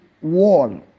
wall